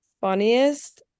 Funniest